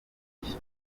gihe